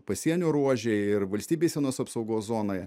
pasienio ruože ir valstybės sienos apsaugos zonoje